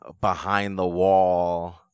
behind-the-wall